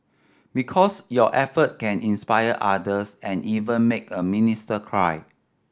because your effort can inspire others and even make a minister cry